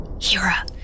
Hira